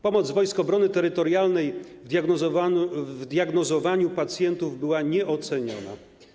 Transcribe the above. Pomoc Wojsk Obrony Terytorialnej w diagnozowaniu pacjentów była nieoceniona.